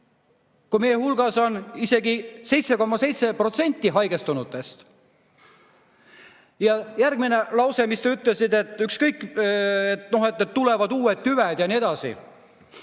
kui meie hulgas on isegi 7,7% haigestunuid. Järgmine lause, mis te ütlesite, et ükskõik, tulevad uued tüved ja nii edasi